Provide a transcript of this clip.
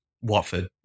Watford